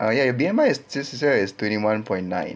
ah ya your B_M_I is twenty one point nine